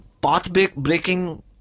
path-breaking